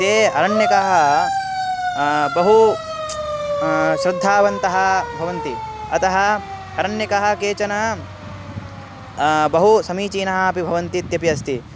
ते अरण्यकाः बहु श्रद्धावन्तः भवन्ति अतः अरण्यकः केचन बहु समीचीनः अपि भवन्ति इत्यपि अस्ति